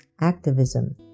Activism